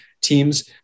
teams